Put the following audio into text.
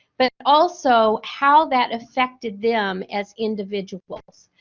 but also how that affected them as individuals.